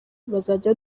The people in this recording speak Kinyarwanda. bazajya